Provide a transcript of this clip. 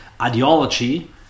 ideology